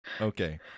Okay